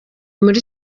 muri